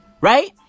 Right